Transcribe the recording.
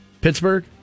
Pittsburgh